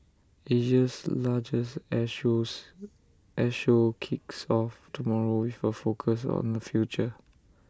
Asia's largest air shows air show kicks off tomorrow with A focus on the future